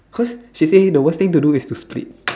cause she say the worst thing to do is to split